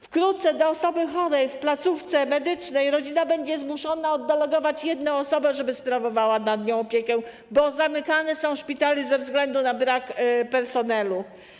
Wkrótce do osoby chorej w placówce medycznej rodzina będzie zmuszona oddelegować jedną osobę, żeby sprawowała nad nią opiekę, bo zamykane są szpitale ze względu na brak personelu.